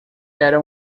era